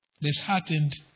disheartened